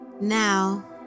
Now